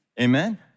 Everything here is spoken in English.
Amen